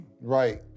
Right